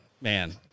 man